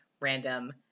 random